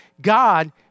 God